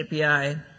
API